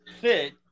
fit